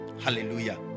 Hallelujah